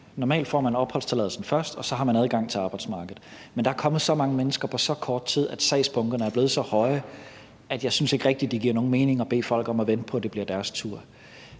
Normalt får man opholdstilladelsen først, og så har man adgang til arbejdsmarkedet. Men der er kommet så mange mennesker på så kort tid, at sagsbunkerne er blevet så høje, at jeg ikke rigtig synes, det giver nogen mening at bede folk om at vente på, at det bliver deres tur.